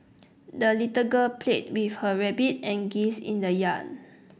the little girl played with her rabbit and geese in the yard